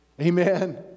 Amen